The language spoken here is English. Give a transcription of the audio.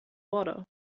water